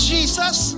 Jesus